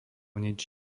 nič